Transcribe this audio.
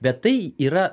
bet tai yra